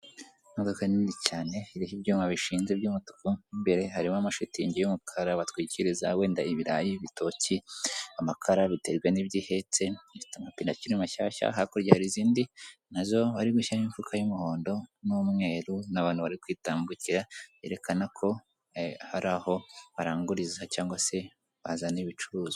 Imodoka nini cyane iriho ibyuma bishinze by'umutuku mo imbere harimo amashitingi y'umukara batwikiriza wenda ibirayi, ibitoki, amakara, biterwa n'ibyihetse. Ifite amapine akiri mashyashya, hakurya hari izindi na zo bari gushyiramo imifuka y'umuhondo n'umweru n'abantu bari kwitambukira, yerekana ko hari aho baranguriza cyangwa se bazana ibicuruzwa.